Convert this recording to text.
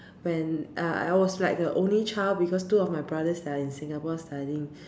when uh I was like the only child because two of my brothers they're in Singapore studying